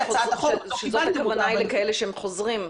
שזאת הכוונה לכאלה שהם חוזרים?